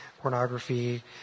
Pornography